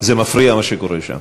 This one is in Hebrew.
זה מפריע מה שקורה שם.